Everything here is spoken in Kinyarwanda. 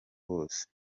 bose